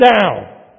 down